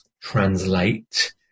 translate